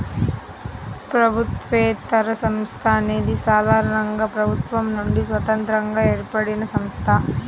ప్రభుత్వేతర సంస్థ అనేది సాధారణంగా ప్రభుత్వం నుండి స్వతంత్రంగా ఏర్పడినసంస్థ